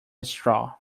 straw